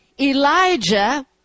Elijah